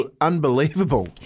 unbelievable